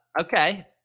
Okay